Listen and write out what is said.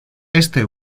este